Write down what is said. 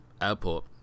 airport